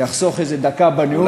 זה יחסוך איזה דקה בנאום שלי,